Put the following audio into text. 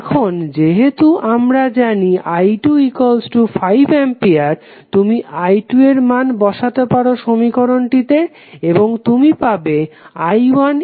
এখন যেহেতু আমরা জানি যে i2 5 অ্যাম্পিয়ার তুমি i2 এর মান বসাতে পারো সমীকরণটিতে এবং তুমি পাবে i1 2 অ্যাম্পিয়ার